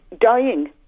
dying